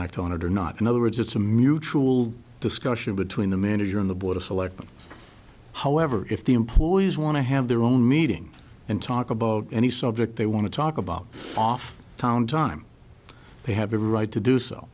act on it or not in other words it's a mutual discussion between the manager and the board of selectmen however if the employees want to have their own meeting and talk about any subject they want to talk about off town time they have every right to do so